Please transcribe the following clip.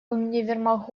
универмаг